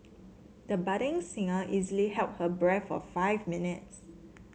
the budding singer easily held her breath for five minutes